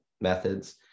methods